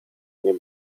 nie